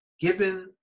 given